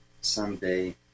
someday –